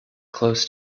close